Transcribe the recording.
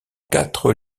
quatre